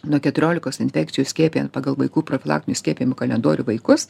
nuo keturiolikos infekcijų skiepijan pagal vaikų profilaktinių skiepijimų kalendorių vaikus